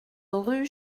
rue